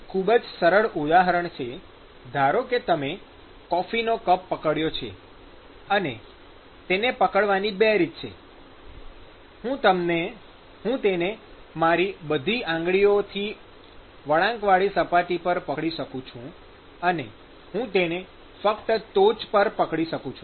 એક ખૂબ જ સરળ ઉદાહરણ છે ધારો કે તમે કોફીનો કપ પકડ્યો છે તેને પકડવાની બે રીતો છે હું તેને મારી બધી આંગળીઓથી વળાંકવાળી સપાટી પર પકડી શકું છું અથવા હું તેને ફક્ત ટોચ પર પકડી શકું છું